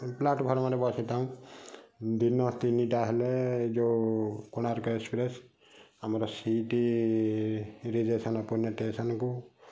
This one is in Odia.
ଇମ୍ପଲାଟ ଘର ମାନେ ବସିଥାଉଁ ଦିନତିନିଟା ହେଲେ ଯେଉଁ କୋଣାର୍କ ଏକ୍ସପ୍ରେସ ଆମର ସିଇଟି ରେ ପୁନେ ଟେସନକୁ